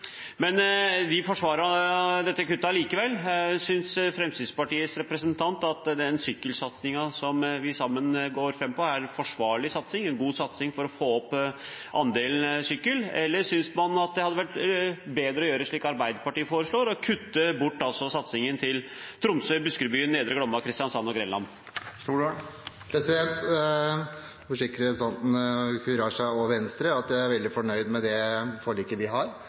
men de forsvarer disse kuttene likevel. Synes Fremskrittspartiets representant at den sykkelsatsingen som vi er sammen om, er en forsvarlig og god satsing for å få opp andelen sykkelveier, eller synes man at det hadde vært bedre å gjøre slik som Arbeiderpartiet foreslår – å kutte satsingen til Tromsø, Buskerudbyen, Nedre Glomma, Kristiansand og Grenland? Jeg kan forsikre representanten Raja og Venstre om at jeg er veldig fornøyd med det forliket vi har